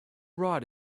right